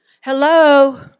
Hello